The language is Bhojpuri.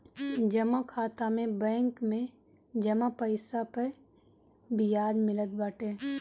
जमा खाता में बैंक में जमा पईसा पअ बियाज मिलत बाटे